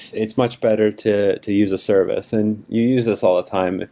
it's much better to to use a service. and you use this all the time.